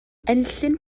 enllyn